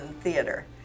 theater